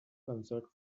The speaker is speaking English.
concert